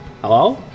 Hello